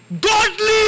Godly